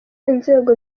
inzego